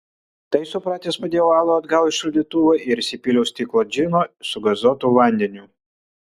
tai supratęs padėjau alų atgal į šaldytuvą ir įsipyliau stiklą džino su gazuotu vandeniu